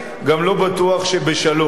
גם לא בטוח שבשלוש.